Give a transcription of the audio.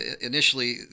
initially